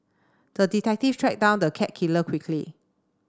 the detective tracked down the cat killer quickly